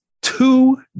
two